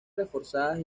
reforzadas